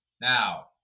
Now